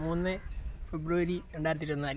മൂന്ന് ഫെബ്രുവരി രണ്ടായിരത്തി ഇരുപത്തിനാല്